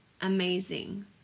amazing